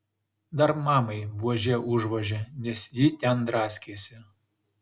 dar mamai buože užvožė nes ji ten draskėsi